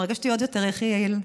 מרגש אותי עוד יותר, יחיאל,